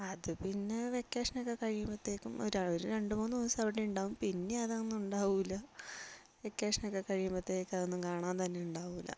അത് പിന്നെ വെക്കേഷൻ ഒക്കെ കഴിയുമ്പൊഴത്തേക്കും ഒരു രണ്ടു മൂന്നു ദിവസം അവിടെ ഉണ്ടാവും പിന്നെ അതൊന്നും ഉണ്ടാവില്ല വെക്കേഷൻ ഒക്കെ കഴിയുമ്പോഴേക്കും അതൊക്കെ കാണാൻ തന്നെ ഉണ്ടാവുകയില്ല